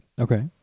Okay